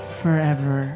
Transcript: forever